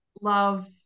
love